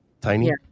tiny